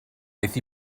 aeth